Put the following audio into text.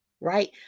right